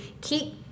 keep